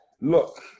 Look